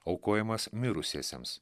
aukojamas mirusiesiems